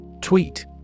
Tweet